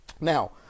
Now